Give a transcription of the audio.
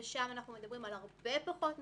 ושם אנחנו מדברים על הרבה פחות מסגרות,